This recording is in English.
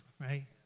right